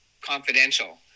confidential